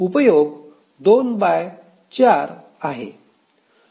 उपयोग 24 आहे